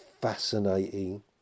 fascinating